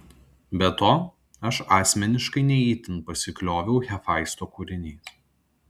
be to aš asmeniškai ne itin pasiklioviau hefaisto kūriniais